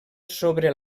sobre